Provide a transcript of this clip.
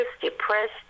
depressed